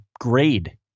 grade